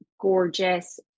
gorgeous